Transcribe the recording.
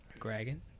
Dragon